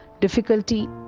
difficulty